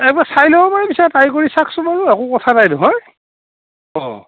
একবাৰ চাই ল'ব পাৰে পিছে ট্ৰাই কৰি চাওকচোন বাৰু একো কথা নাই নহয় অঁ